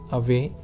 away